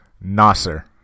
Nasser